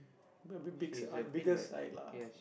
b~ b~ big on bigger side lah